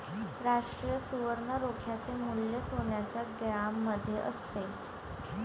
राष्ट्रीय सुवर्ण रोख्याचे मूल्य सोन्याच्या ग्रॅममध्ये असते